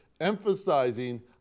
emphasizing